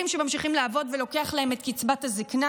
שממשיכים לעבוד ולוקח להם את קצבת הזקנה.